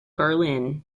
berlin